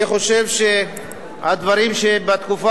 אני חושב שהדברים שעשינו בתקופה